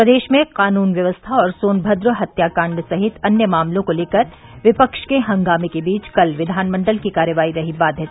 प्रदेश में कानून व्यवस्था और सोनभद्र हत्याकांड सहित अन्य मामलों को लेकर विपक्ष के हंगामे के बीच कल विधानमंडल की कार्यवाही रही बाधित